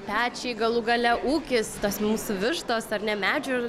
pečiai galų gale ūkis tos mūsų vištos ar ne medžių